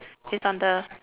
it's on the